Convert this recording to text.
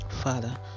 Father